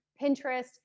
Pinterest